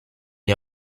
est